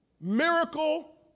miracle